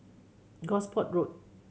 Gosport Road